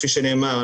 כפי שנאמר,